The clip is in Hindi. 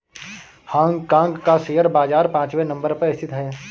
हांग कांग का शेयर बाजार पांचवे नम्बर पर स्थित है